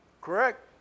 Correct